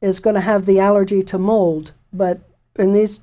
is going to have the allergy to mold but in th